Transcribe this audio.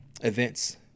events